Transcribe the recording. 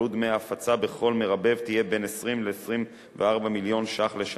עלות דמי ההפצה בכל מרבב תהיה 20 24 מיליון שקלים לשנה,